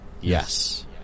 Yes